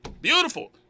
Beautiful